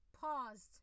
paused